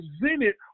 presented